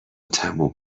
تموم